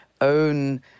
own